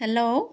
hello